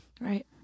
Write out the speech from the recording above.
Right